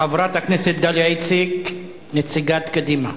חברת הכנסת דליה איציק, נציגת קדימה,